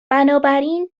بنابراین